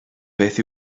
beth